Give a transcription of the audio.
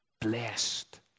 Blessed